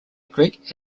greek